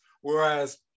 Whereas